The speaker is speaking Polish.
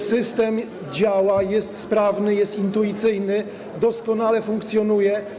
System działa, jest sprawny, jest intuicyjny, doskonale funkcjonuje.